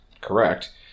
correct